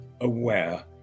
aware